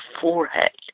forehead